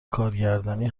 کارگردانی